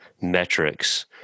metrics